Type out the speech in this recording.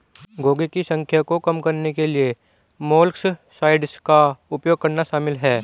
घोंघे की संख्या को कम करने के लिए मोलस्कसाइड्स का उपयोग करना शामिल है